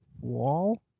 Wall